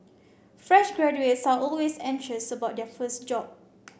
fresh graduates are always anxious about their first job